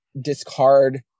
discard